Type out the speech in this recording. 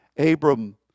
Abram